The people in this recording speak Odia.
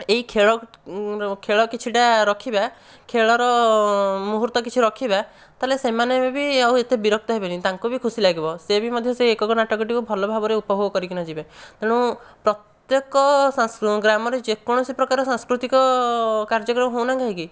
ଏହି ଖେଳ ଖେଳ କିଛିଟା ରଖିବା ଖେଳର ମୁହୂର୍ତ୍ତ କିଛି ରଖିବା ତାହେଲେ ସେମାନେ ବି ଆଉ ଏତେ ବିରକ୍ତ ହେବେନି ତାଙ୍କୁ ବି ଖୁସି ଲାଗିବ ସେ ବି ମଧ୍ୟ ସେ ଏକକ ନାଟକ ଟିକୁ ଭଲ ଭାବରେ ଉପଭୋଗ କରିକିନା ଯିବେ ତେଣୁ ପ୍ରତ୍ୟେକ ଗ୍ରାମରେ ଯେକୌଣସି ପ୍ରକାର ସାଂସ୍କୃତିକ କାର୍ଯ୍ୟକ୍ରମ ହେଉ ନା କାହିଁକି